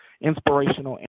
inspirational